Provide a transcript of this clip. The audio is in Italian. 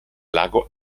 lago